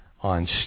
on